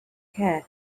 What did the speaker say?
care